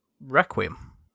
Requiem